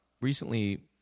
recently